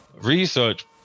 research